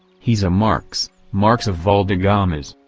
he's a marques, marques of valdegamas.